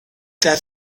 that